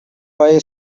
پای